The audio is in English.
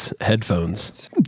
headphones